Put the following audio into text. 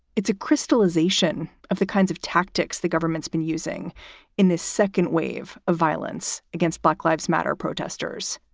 it's a crystallization of the kinds of tactics the government has been using in this second wave of violence against black lives matter protesters,